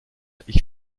ich